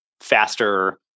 faster